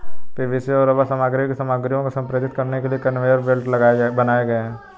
PVC और rubber सामग्री की सामग्रियों को संप्रेषित करने के लिए कन्वेयर बेल्ट बनाए गए हैं